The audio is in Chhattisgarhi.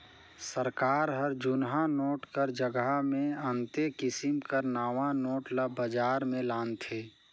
सरकार हर जुनहा नोट कर जगहा मे अन्ते किसिम कर नावा नोट ल बजार में लानथे